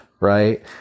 right